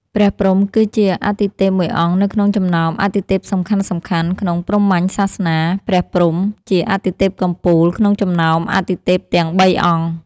ព្រះព្រហ្ម គឺជាអទិទេពមួយអង្គ នៅក្នុងចំណោមអទិទេពសំខាន់ៗ ក្នុងព្រហ្មញ្ញសាសនា ព្រះព្រហ្ម ជាអទិទេពកំពូល ក្នុងចំណោមអទិទេពទាំង៣អង្គ។